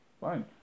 fine